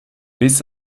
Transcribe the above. bis